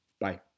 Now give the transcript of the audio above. Bye